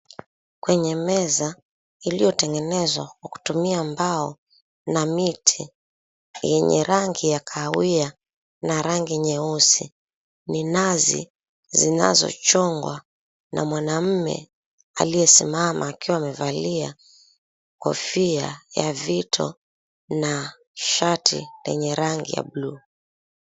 Kwenye meza iliotengenezwa kwa kutumia mbao na miti yenye rangi ya kahawia na rangi nyeusi. Minazi zinazochongwa na mwanaume aliyesimama akiwa amevalia kofia ya vito na shati lenye rangi ya bluu.